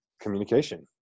communication